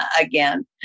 again